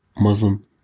Muslim